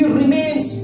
remains